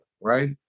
right